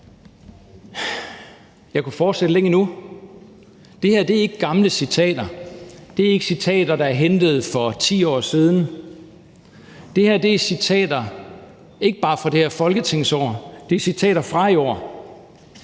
Jeg kunne fortsætte længe endnu. Det her er ikke gamle citater. Det er ikke citater, der er hentet for 10 år siden. Det her er citater, ikke bare fra det her folketingsår, men fra i år.